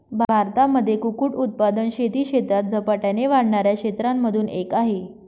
भारतामध्ये कुक्कुट उत्पादन शेती क्षेत्रात झपाट्याने वाढणाऱ्या क्षेत्रांमधून एक आहे